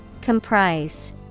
Comprise